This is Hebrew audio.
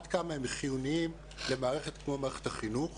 הם חיוניים למערכת כמו מערכת החינוך,